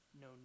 no